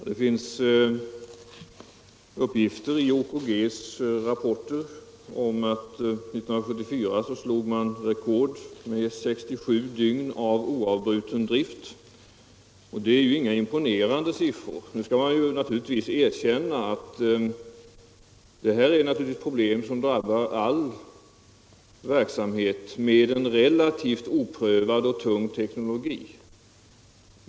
Herr talman! Det finns i OKG:s rapporter uppgifter om att man 1974 ”slog rekord” med 67 dygn av oavbruten drift. Det är inga imponerande siffror. Nu skall man naturligtvis erkänna att detta är problem som drabbar all verksamhet med en relativt oprövad och tung teknologi.